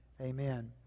Amen